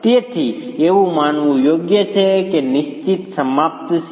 તેથી એવું માનવું યોગ્ય છે કે તે નિશ્ચિત સમાપ્ત છે